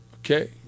Okay